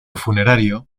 funerario